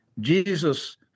Jesus